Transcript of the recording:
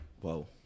whoa